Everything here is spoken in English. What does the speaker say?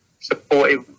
supportive